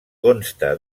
consta